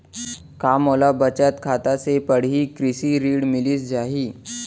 का मोला बचत खाता से पड़ही कृषि ऋण मिलिस जाही?